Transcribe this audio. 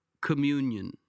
communion